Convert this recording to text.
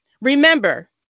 remember